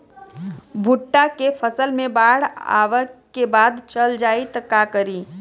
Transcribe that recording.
भुट्टा के फसल मे बाढ़ आवा के बाद चल जाई त का करी?